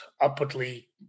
upwardly